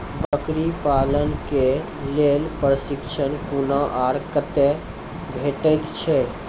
बकरी पालन के लेल प्रशिक्षण कूना आर कते भेटैत छै?